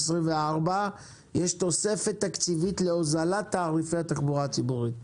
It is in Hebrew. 2024 יש תוספת תקציבית להוזלת תעריפי התחבורה הציבורית?